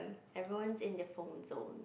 everyone's in their phone zone